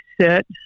sit